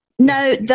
No